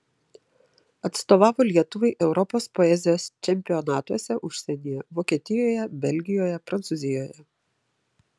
atstovavo lietuvai europos poezijos čempionatuose užsienyje vokietijoje belgijoje prancūzijoje